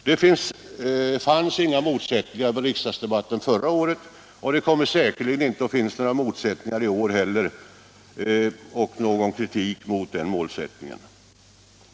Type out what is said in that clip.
Det fanns inga motsättningar vid riksdagsdebatten förra året, och det kommer säkerligen inte att finnas några motsättningar i år heller eller förekomma någon kritik mot den målsättningen.